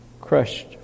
crushed